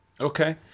Okay